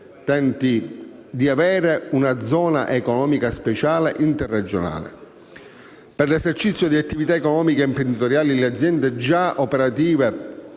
TEN-T) di avere una Zona economica speciale interregionale. Per l'esercizio di attività economiche ed imprenditoriali, le aziende già operative